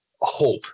hope